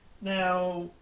Now